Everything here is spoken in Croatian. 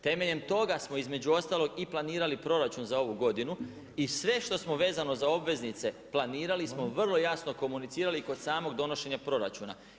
Temeljem toga smo između ostalog i planirali proračun za ovu godinu i sve što smo vezano za obveznice, planirali smo i vrlo jasno komunicirali kod samog donošenja proračuna.